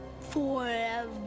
Forever